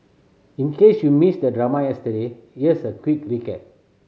in case you missed the drama yesterday here's a quick recap